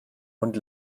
und